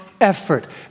effort